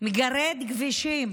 מגרד כבישים